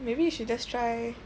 maybe you should just try